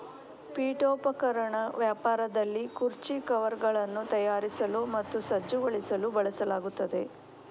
ಪೀಠೋಪಕರಣ ವ್ಯಾಪಾರದಲ್ಲಿ ಕುರ್ಚಿ ಕವರ್ಗಳನ್ನು ತಯಾರಿಸಲು ಮತ್ತು ಸಜ್ಜುಗೊಳಿಸಲು ಬಳಸಲಾಗುತ್ತದೆ